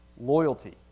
loyalty